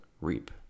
reap